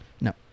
No